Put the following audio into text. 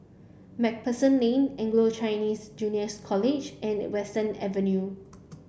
MacPherson Lane Anglo Chinese Juniors College and Western Avenue